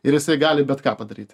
ir jisai gali bet ką padaryti